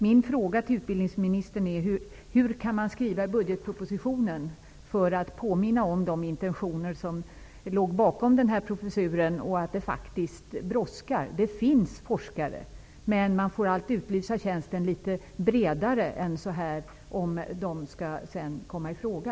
Min fråga till utbildningsministern är: Hur kan man skriva i budgetpropositionen för att påminna om de intentioner som låg bakom den här professuren och att det faktiskt brådskar? Det finns forskare, men man får allt utlysa tjänsten litet bredare än förut, om de skall komma i fråga.